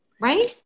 Right